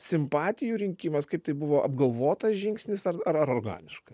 simpatijų rinkimas kaip tai buvo apgalvotas žingsnis ar ar organiška